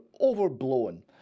overblown